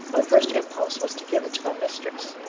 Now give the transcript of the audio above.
my first impulse was to give it to my mistress,